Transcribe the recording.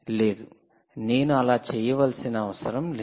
లేదు నేను అలా చేయవలసిన అవసరం లేదు